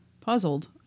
Puzzled